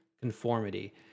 conformity